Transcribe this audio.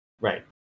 Right